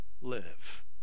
live